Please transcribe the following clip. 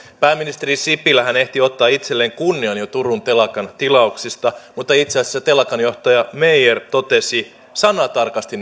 pääministeri sipilähän ehti jo ottaa itselleen kunnian turun telakan tilauksista mutta itse asiassa telakan johtaja meyer totesi sanatarkasti